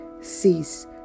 cease